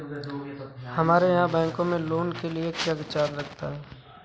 हमारे यहाँ बैंकों में लोन के लिए क्या चार्ज लगता है?